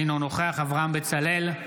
אינו נוכח אברהם בצלאל,